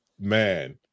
man